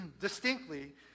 distinctly